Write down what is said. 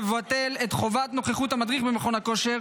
לבטל את חובת נוכחות המדריך במכון הכושר